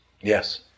Yes